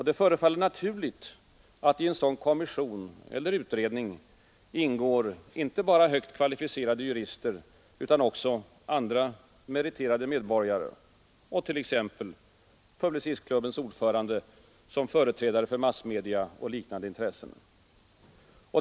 Det förefaller naturligt att i en sådan kommission eller utredning ingår inte bara högt kvalificerade jurister utan också andra meriterade medborgare och t.ex. Publicistklubbens ordförande som företrädare för massmedia och liknande intressen.